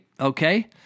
Okay